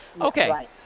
Okay